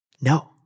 No